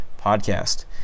podcast